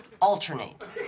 alternate